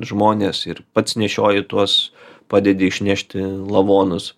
žmonės ir pats nešioji tuos padedi išnešti lavonus